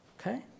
okay